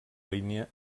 línia